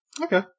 Okay